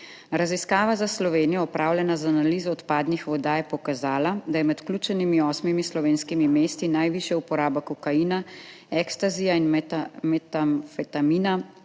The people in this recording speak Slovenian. Raziskava za Slovenijo je opravljena z analizo odpadnih voda, je pokazala, da je med vključenimi osmimi slovenskimi mesti najvišja uporaba kokaina, ekstazija in metamfetamina